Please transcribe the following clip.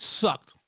sucked